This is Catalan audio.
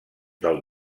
del